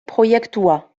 proiektua